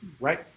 Right